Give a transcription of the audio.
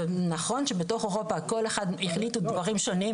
ונכון שבתוך אירופה כל אחד החליט דברים שונים.